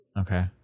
Okay